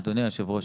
אדוני היושב ראש,